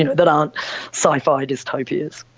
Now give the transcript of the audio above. you know that aren't sci-fi dystopias.